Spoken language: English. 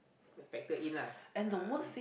factor in lah ah